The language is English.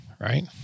right